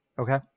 Okay